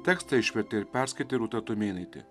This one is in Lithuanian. tekstą išvertė ir perskaitė rūta tumėnaitė